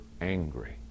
angry